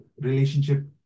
relationship